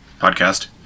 podcast